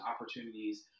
opportunities